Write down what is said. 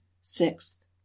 sixth